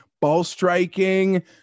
ball-striking